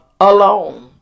alone